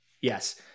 Yes